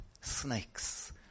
snakes